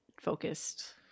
focused